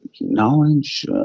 knowledge